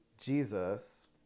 Jesus